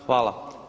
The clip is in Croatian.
Hvala.